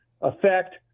effect